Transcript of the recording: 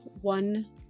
one